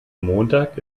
montag